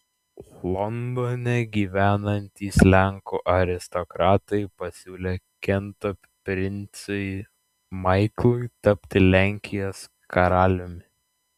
londone gyvenantys lenkų aristokratai pasiūlė kento princui maiklui tapti lenkijos karaliumi